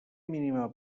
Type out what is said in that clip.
mínima